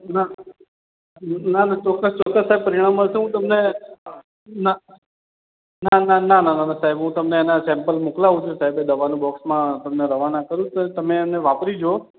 ના ના ના ચોક્કસ સાહેબ પરિણામ મળશે હું તમને ના ના ના ના ના સાહેબ હું તમને એનાં સેમ્પલ્સ મોકલાવું છું દવાનાં બૉક્સમાં તમને રવાના કરું તમે એને વાપરી જુઓ